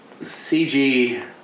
CG